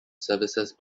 services